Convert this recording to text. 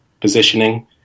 positioning